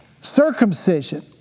circumcision